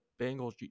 Bengals